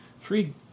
Three